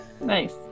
Nice